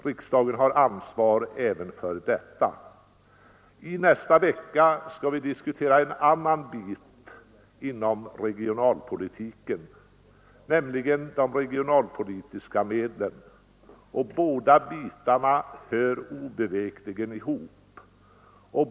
Riksdagen har ansvar även för detta. Nästa vecka skall vi diskutera en annan bit inom regionalpolitiken, nämligen de regionalpolitiska medlen. Båda bitarna hör obevekligt ihop.